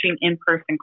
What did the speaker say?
in-person